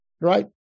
right